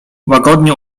łagodnie